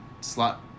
slot